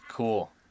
cool